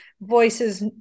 voices